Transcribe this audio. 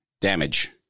damage